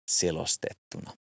selostettuna